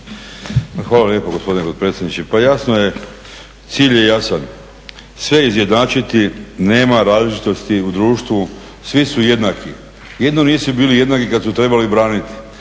Hvala lijepo gospodine potpredsjedniče. Pa jasno je, cilj je jasan. Sve izjednačiti, nema različitosti u društvu, svi su jednaki jedino nisu bili jednaki kad su trebali braniti,